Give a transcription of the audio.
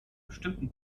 bestimmten